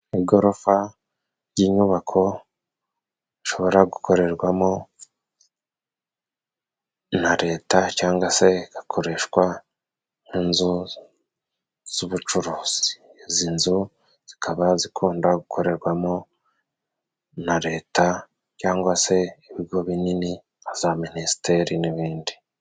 Igorofa ry'inyubako shobora gukorerwamo na Leta cyangwa se igakoreshwa n'inzu z'ubucuruzi, izi nzu zikaba zikunda gukorerwamo na Leta cyangwa se ibigo binini nka za Minisiteri n'ibindi.